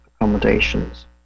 accommodations